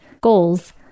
goals